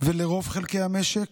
ולרוב חלקי המשק,